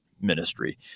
ministry